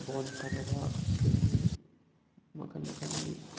ꯕꯣꯜ ꯁꯥꯟꯅꯕ ꯑꯗꯒꯤ ꯃꯈꯟ ꯃꯈꯟꯒꯤ